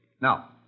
Now